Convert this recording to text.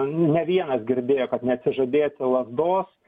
ne vienas girdėjo kad neatsižadėti lazdos